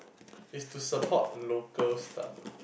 it's to support local stuff